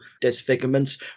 disfigurements